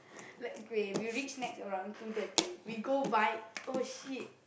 like k we reach Nex around two thirty we go buy oh shit